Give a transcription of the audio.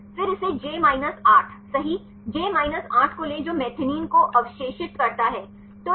फिर इस जे 8 सही जे 8 को लें जो मेथिओनिन को अवशेषित करता है